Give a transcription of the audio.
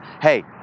hey